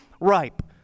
ripe